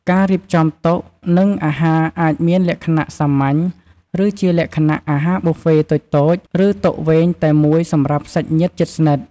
ការរៀបចំតុ និងអាហារអាចមានលក្ខណៈសាមញ្ញ ឬជាលក្ខណៈអាហារប៊ូហ្វេតូចៗ ឬតុវែងតែមួយសម្រាប់សាច់ញាតិជិតស្និទ្ធ។